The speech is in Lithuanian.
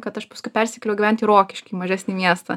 kad aš paskui persikėliau gyvent į rokiškį į mažesnį miestą